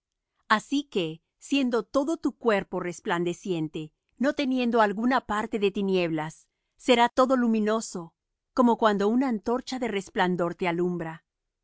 así que siendo todo tu cuerpo resplandeciente no teniendo alguna parte de tinieblas será todo luminoso como cuando una antorcha de resplandor te alumbra